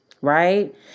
Right